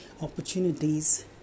opportunities